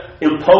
impose